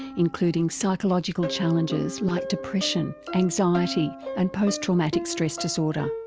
including psychological challenges like depression, anxiety and posttraumatic stress disorder.